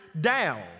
down